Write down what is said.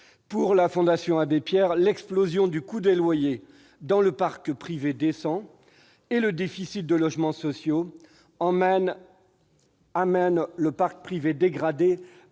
Selon la Fondation Abbé Pierre, l'explosion du coût des loyers dans le parc privé décent et le déficit de logements sociaux amènent le parc privé dégradé